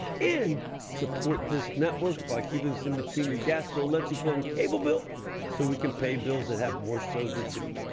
and support this network by keeping us in between your gas bill, electric bill and cable bill so we can pay bills and have more shows with jimmy!